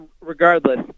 Regardless